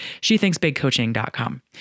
shethinksbigcoaching.com